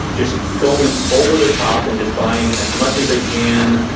just going over the top and just buying as much as they can,